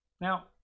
Now